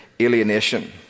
alienation